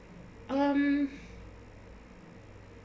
um